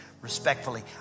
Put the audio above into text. Respectfully